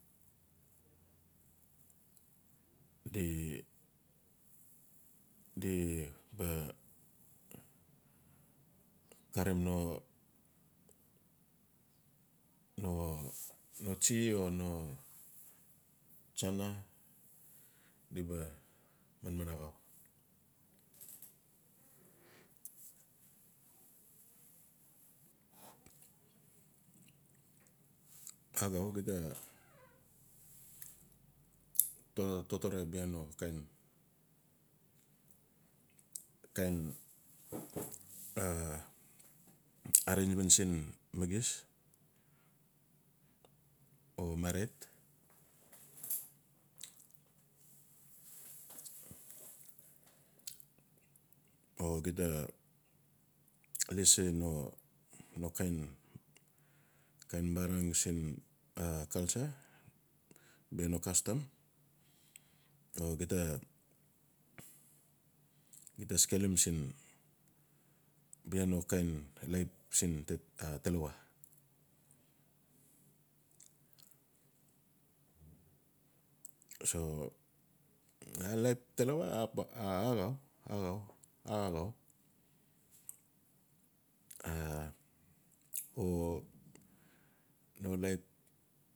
Di-di karim no tsi. ono tsana di ba manman axau. Axau gita totore bia no kind a re inaman siin maxis or marit oxida lisi no kain-kain marang siin. a culture bia no custom o xida skelim siin bia nokain siin talawa. So bia laip talawa ap axau o no laip.